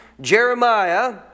Jeremiah